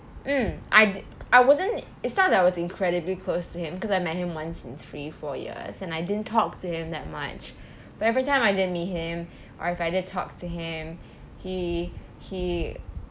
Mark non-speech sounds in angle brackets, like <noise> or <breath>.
mm I I wasn't it's not that I was incredibly close to him because I met him once in three four years and I didn't talk to him that much <breath> but every time I did meet him or if I did talk to him he he